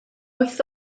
wyth